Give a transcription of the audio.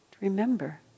remember